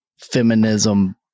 feminism